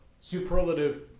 superlative